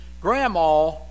grandma